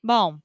Bom